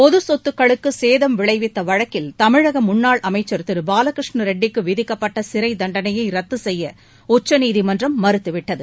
பொதுசொத்துக்களுக்குசேதம் விளைவித்தவழக்கில் தமிழகமுன்னாள் அமைச்சர் திருபாலகிருஷ்ண ரெட்டிக்குவிதிக்கப்பட்டசிறைத் தண்டனையைரத்துசெய்யஉச்சநீதிமன்றம் மறுத்துவிட்டது